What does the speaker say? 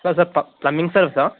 sir sir పం plumbing సర్వీసా